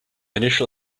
initial